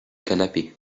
canapé